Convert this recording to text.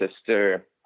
sister